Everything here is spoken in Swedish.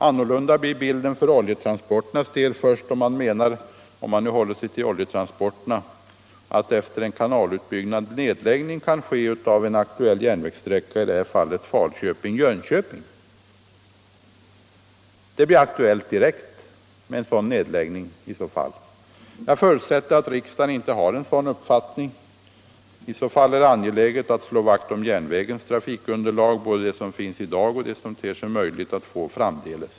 Annorlunda blir bilden för t.ex. oljetransporterna först om man menar att efter en kanalutbyggnad en nedläggning kan ske av en aktuell järnvägssträcka, i det här fallet sträckan Falköping-Jönköping. Det blir i så fall aktuellt direkt med en sådan nedläggning. Jag förutsätter att riksdagen inte har en sådan uppfattning. I så fall är det angeläget att slå vakt om järnvägens trafikunderlag, både det som finns i dag och det som ter sig möjligt att få framdeles.